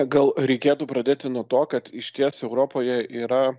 gal reikėtų pradėti nuo to kad išties europoje yra